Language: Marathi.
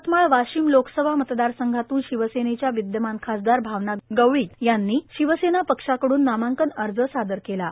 यवतमाळ वाशिम लोकसभा मतदार संघातून शिवसेनेच्या विद्यमान खासदार भावना गवळी यांनी शिवसेना पक्षाकडून नामांकन अर्ज सादर दाखल केला